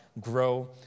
grow